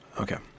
Okay